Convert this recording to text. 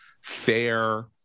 fair